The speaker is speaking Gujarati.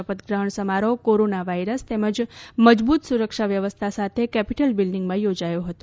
શપથગ્રહણ સમારોહ કોરોના વાયરસ તેમજ મજબૂત સુરક્ષા વ્યવસ્થા સાથે કેપિટલ બિલ્ડીંગમાં યોજાયો હતો